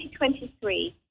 2023